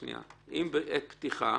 אם זה בעת פתיחה,